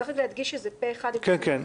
צריך להדגיש שזה פה אחד --- כן.